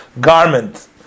garment